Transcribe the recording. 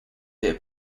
dear